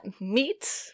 meat